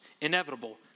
inevitable